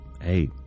Hey